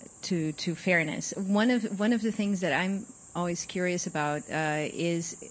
to to fairness, one of one of the things that i'm always curious about is